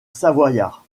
savoyard